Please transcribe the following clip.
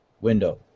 window